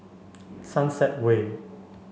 Sunset Way